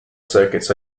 circuits